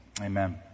amen